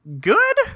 good